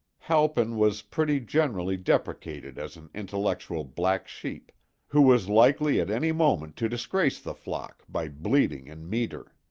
halpin was pretty generally deprecated as an intellectual black sheep who was likely at any moment to disgrace the flock by bleating in meter.